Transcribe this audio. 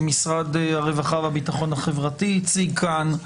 שמשרד הרווחה והביטחון החברתי הציג כאן.